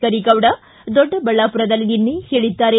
ಕರೀಗೌಡ ದೊಡ್ಡಬಳ್ಳಾಮರದಲ್ಲಿ ನಿನ್ನೆ ಹೇಳಿದ್ದಾರೆ